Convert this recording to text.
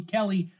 Kelly